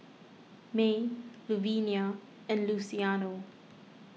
Mae Luvenia and Luciano